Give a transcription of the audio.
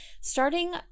Starting